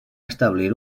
establir